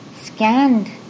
scanned